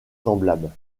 semblables